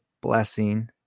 Blessing